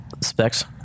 specs